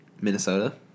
Minnesota